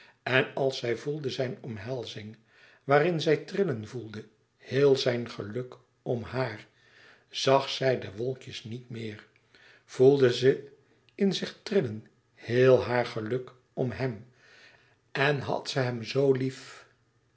en als zij voelde zijn omhelzing waarin zij trillen voelde heel zijn geluk om haar zag zij de wolkjes niet meer voelde ze in zich trillen heel haar geluk om hem en had zij hem zo lief